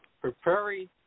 preparing